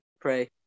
pray